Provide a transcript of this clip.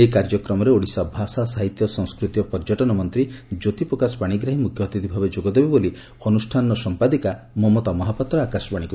ଏହି କାର୍ଯ୍ୟକ୍ରମରେ ଓଡ଼ିଶା ଭାଷା ସାହିତ୍ୟ ସଂସ୍କୃତି ଓ ପର୍ଯ୍ୟଟନ ମନ୍ତୀ ଜ୍ୟୋତିପ୍ରକାଶ ପାଶିଗ୍ରାହୀ ମୁଖ୍ୟଅତିଥି ଭାବେ ଯୋଗଦେବେ ବୋଲି ଅନୁଷ୍ଠାନର ସମ୍ପାଦିକା ମମତା ମହାପାତ୍ର ଆକାଶବାଶୀକୁ ଜଣାଇଛନ୍ତି